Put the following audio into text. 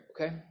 okay